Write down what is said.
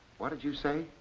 what did you say?